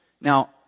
Now